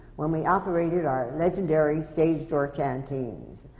when we operated our legendary stage door canteens.